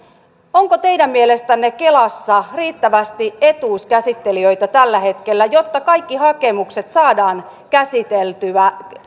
onko teidän mielestänne kelassa riittävästi etuuskäsittelijöitä tällä hetkellä jotta kaikki hakemukset saadaan käsiteltyä